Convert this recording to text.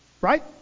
Right